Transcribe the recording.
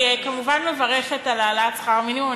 כמובן מברכת על העלאת שכר המינימום.